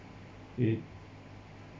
it